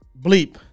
Bleep